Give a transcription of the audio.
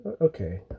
okay